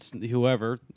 whoever